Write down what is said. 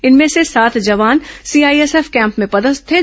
इनमें से सात जवान सीआईएसएफ कैम्प में पदस्थ थे